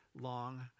long